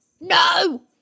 No